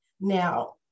now